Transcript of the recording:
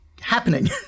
happening